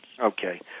Okay